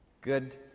Good